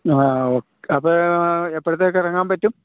ആ ആ അപ്പോള് എപ്പോഴത്തേക്ക് ഇറങ്ങാന് പറ്റും